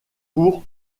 pour